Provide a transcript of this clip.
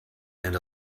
and